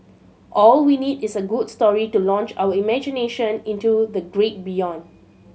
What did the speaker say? all we need is a good story to launch our imagination into the great beyond